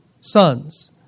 sons